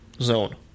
Zone